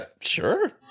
Sure